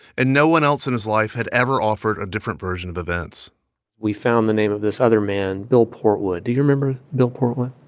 and no one else in his life had ever offered a different version of events we found the name of this other man, bill portwood. do you remember bill portwood?